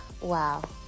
wow